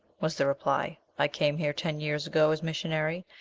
was the reply i came here ten years ago as missionary,